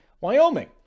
Wyoming